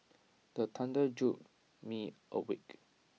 the thunder jolt me awake